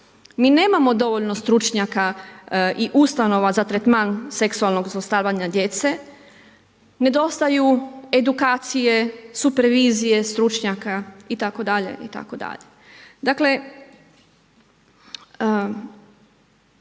Mi nemamo dovoljno stručnjaka i ustanova za tretman seksualnog zlostavljanja djece, nedostaju edukacije, supervizije stručnjaka, itd.,